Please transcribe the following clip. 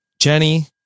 Jenny